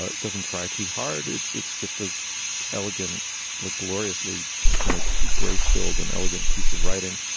ah doesn't try too hard. it's it's just the elegant look, gloriously but you know grace filled and elegant piece of writing.